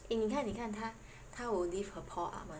eh 你看你看他他 will leave her paw up [one]